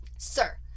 Sir